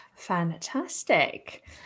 Fantastic